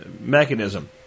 mechanism